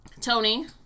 Tony